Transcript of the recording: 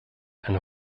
ein